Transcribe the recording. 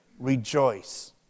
Rejoice